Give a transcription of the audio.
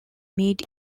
meet